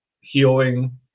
healing